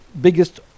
biggest